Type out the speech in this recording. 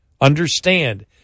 understand